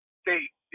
state